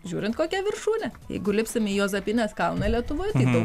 žiūrint kokia viršūnė jeigu lipsim į juozapinės kalną lietuvoj mums